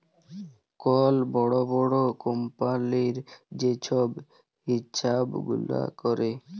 call বড় বড় কম্পালির যে ছব হিছাব গুলা ক্যরে